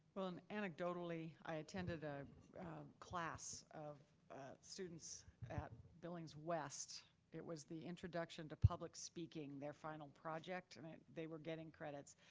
um anecdotally, i attended a class of students at billings west. it was the introduction to public speaking, their final project, and they were getting credits.